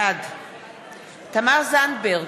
בעד תמר זנדברג,